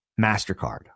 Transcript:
MasterCard